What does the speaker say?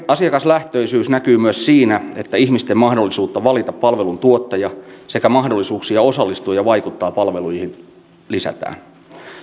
asiakaslähtöisyys näkyy myös siinä että ihmisten mahdollisuutta valita palveluntuottaja sekä mahdollisuuksia osallistua ja vaikuttaa palveluihin lisätään